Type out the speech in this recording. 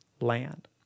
land